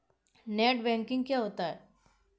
Net banking क्या होता है?